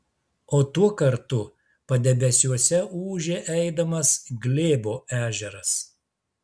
o tuo kartu padebesiuose ūžė eidamas glėbo ežeras